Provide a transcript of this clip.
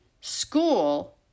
school